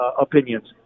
opinions